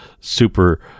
super